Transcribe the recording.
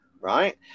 right